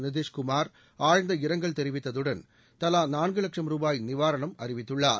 நிதிஷ்குமார் ஆழ்ந்த இரங்கல் தெரிவித்ததுடன் தலா நான்கு வட்சம் ருபாய் நிவாரணம் அறிவித்துள்ளார்